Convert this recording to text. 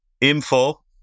info